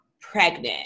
pregnant